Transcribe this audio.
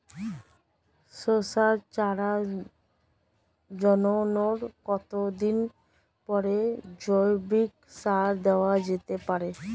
শশার চারা জন্মানোর কতদিন পরে জৈবিক সার দেওয়া যেতে পারে?